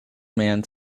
man